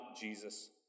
Jesus